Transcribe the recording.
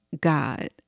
God